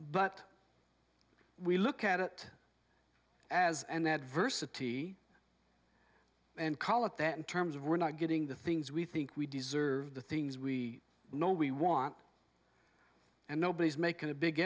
but we look at it as and adversity and collett that in terms of we're not getting the things we think we deserve the things we know we want and nobody's making a big